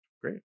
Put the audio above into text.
Great